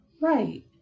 right